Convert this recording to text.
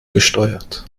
gesteuert